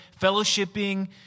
fellowshipping